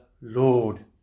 Lord